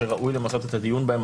שראוי למצות את הדיון בהם.